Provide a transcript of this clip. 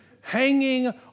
hanging